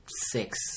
six